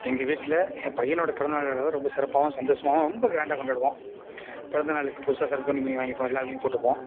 எங்கள் வீட்டில் என் பையனோட பிறந்த நாள் விழாவை ரொம்ப சிறப்பாகவும் சந்தோசமாகவும் ரொம்ப க்ராண்டாக கொண்டாடுவோம் பிறந்த நாளுக்கு புதுசா சட்டை துணி மணி வாங்கிப்போம் எல்லாருமே போட்டுப்போம்